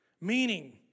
meaning